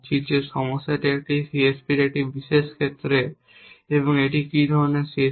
যে সমস্যাটি একটি CSPর একটি বিশেষ ক্ষেত্রে এবং এটি কী ধরণের CSP